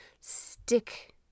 stick